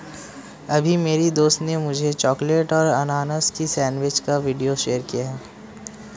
अभी मेरी दोस्त ने मुझे चॉकलेट और अनानास की सेंडविच का वीडियो शेयर किया है